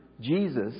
Jesus